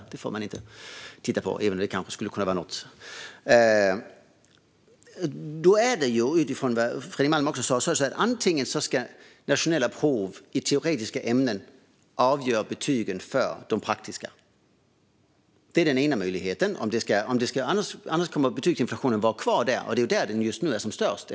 Detta får man inte titta på, även om det kanske skulle kunna vara något. Antingen ska nationella prov i teoretiska ämnen avgöra betygen i de praktiska ämnena. Det är den ena möjligheten, annars kommer betygsinflationen att vara kvar där, och det är där den just nu är som störst.